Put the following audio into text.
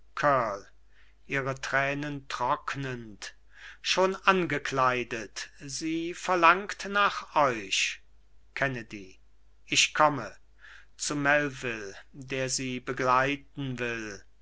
ihre tränen trocknend schon angekleidet sie verlangt nach euch kennedy ich komme zu melvil der sie begleiten will